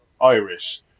Irish